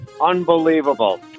unbelievable